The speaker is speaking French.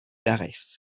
dares